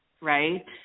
right